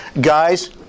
Guys